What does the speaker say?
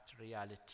reality